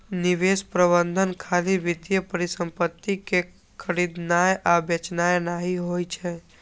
निवेश प्रबंधन खाली वित्तीय परिसंपत्ति कें खरीदनाय आ बेचनाय नहि होइ छै